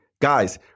Guys